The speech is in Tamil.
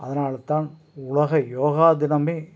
அதனாலத்தான் உலக யோகா தினமே